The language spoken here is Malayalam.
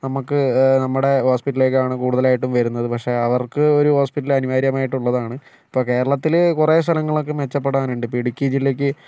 നമുക്ക് നമ്മുടെ ഹോസ്പിറ്റലിലേക്കാണ് കൂടുതലായിട്ട് വരുന്നത് പക്ഷേ അവർക്ക് ഒരു ഹോസ്പിറ്റൽ അനിവാര്യമായിട്ടുള്ളതാണ് ഇപ്പോൾ കേരളത്തിൽ കുറേ സ്ഥലങ്ങളൊക്കെ മെച്ചപ്പെടാനുണ്ട് ഇപ്പോൾ ഇടുക്കി ജില്ലക്ക്